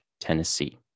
Tennessee